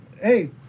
Hey